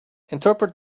interpret